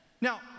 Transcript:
Now